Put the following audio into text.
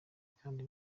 kandi